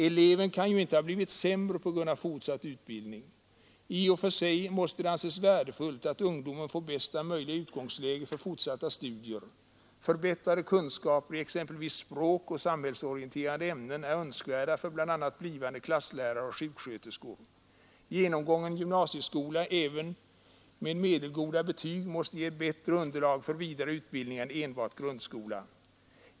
Eleven kan ju inte ha blivit sämre på grund av fortsatt utbildning. I och för sig måste det anses värdefullt, att ungdomen får bästa möjliga utgångsläge för fortsatta studier. Förbättrade kunskaper i exempelvis språk och samhällsorienterande ämnen är önskvärda för bl.a. blivande klasslärare och sjuksköterskor. Genomgången gymnasieskola även med medelgoda betyg måste ge ett bättre underlag för vidare utbildning än enbart grundskola.